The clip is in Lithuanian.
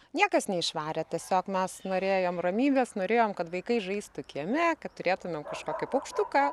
niekas neišvarė tiesiog mes norėjom ramybės norėjom kad vaikai žaistų kieme kad turėtumėm kažkokį paukštuką